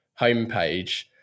homepage